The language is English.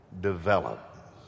develop